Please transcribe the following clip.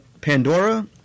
Pandora